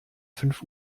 fünf